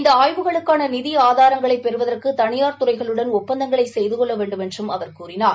இந்த ஆய்வுகளுக்கான நிதி ஆதாரங்களைப் பெறுவதற்கு தனியார் துறைகளுடன் ஒப்பந்தங்களை செய்து கொள்ள வேண்டுமென்றும் அவர் கூறினார்